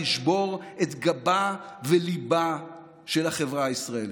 זה ישבור את גבה וליבה של החברה הישראלית.